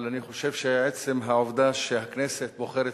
אבל אני חושב שעצם העובדה שהכנסת בוחרת